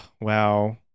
Wow